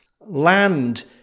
Land